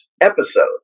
episode